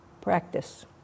Practice